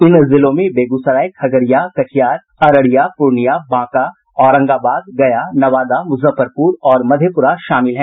इन जिलों में बेगूसराय खगड़िया कटिहार अररिया पूर्णिया बांका औरंगाबाद गया नवादा मुजफ्फरपुर और मधेपुरा शामिल हैं